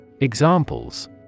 Examples